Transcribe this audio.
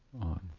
on